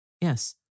Yes